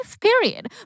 period